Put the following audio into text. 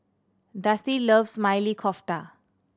Dusty loves Maili Kofta